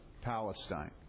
Palestine